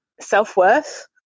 self-worth